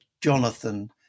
Jonathan